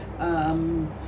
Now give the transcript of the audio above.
um